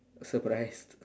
surprised